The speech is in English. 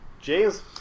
James